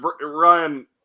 Ryan